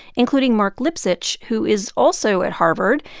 including marc lipsitch, who is also at harvard.